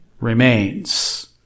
remains